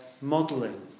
modelling